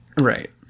right